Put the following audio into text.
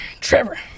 trevor